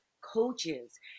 coaches